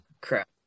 Crap